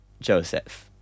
Joseph